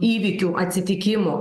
įvykių atsitikimų